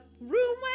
room